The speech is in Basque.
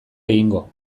egingo